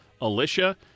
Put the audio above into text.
Alicia